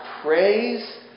praise